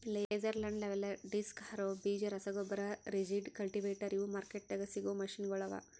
laser land leveller, disc harrow, ಬೀಜ ರಸಗೊಬ್ಬರ, rigid, cultivator ಇವು ಮಾರ್ಕೆಟ್ದಾಗ್ ಸಿಗವು ಮೆಷಿನಗೊಳ್ ಅವಾ